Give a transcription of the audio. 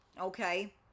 Okay